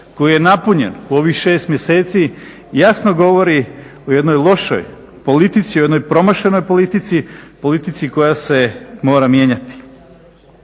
koji je napunjen u ovih 6 mjeseci jasno govori o jednoj lošoj politici, o jednoj promašenoj politici, politici koja se mora mijenjati.